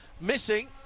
missing